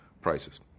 prices